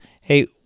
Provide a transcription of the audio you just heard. hey